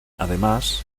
además